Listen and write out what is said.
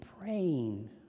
praying